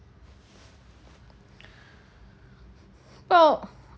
oh